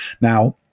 Now